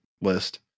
list